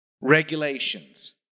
regulations